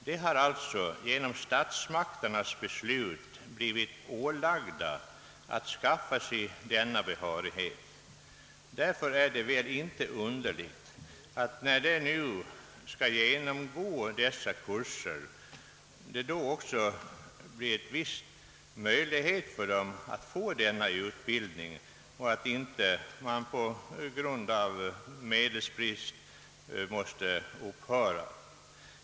Dessa har alltså genom statsmakternas beslut blivit ålagda att skaffa sig denna behörighet. Därför är det naturligt att möjlighet skall föreligga för vederbörande att få denna utbildning — den skall inte behöva upphöra på grund av medelsbrist.